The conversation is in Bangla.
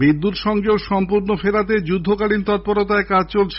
বিদ্যুত সংযোগ সম্পূর্ণ ফেরাতে যুদ্ধকালীন তৎপরতায় কাজ চলছে